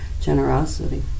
generosity